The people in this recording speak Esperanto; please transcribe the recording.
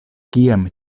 kiam